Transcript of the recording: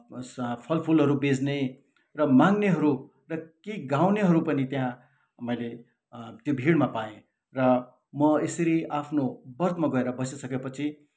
फलफुलहरू बेच्ने र माग्नेहरू र केही गाउनेहरू पनि त्यहाँ मैले त्यो भिडमा पाएँ र म यसरी आफ्नो बर्थमा गएर बसिसकेपछि